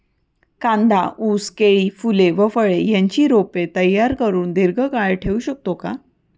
कांदा, ऊस, केळी, फूले व फळे यांची रोपे तयार करुन दिर्घकाळ ठेवू शकतो का?